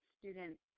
students